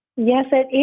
yes it is.